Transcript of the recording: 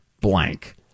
blank